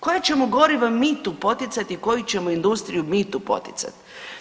Koja ćemo goriva mi tu poticati i koju ćemo industriju mi tu poticati?